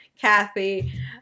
Kathy